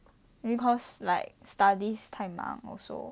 maybe cause like studies 太忙 also